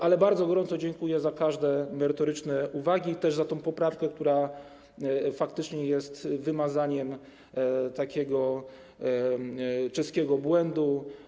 Ale bardzo gorąco dziękuję za wszystkie merytoryczne uwagi, też za tę poprawkę, która faktycznie jest wymazaniem takiego czeskiego błędu.